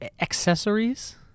accessories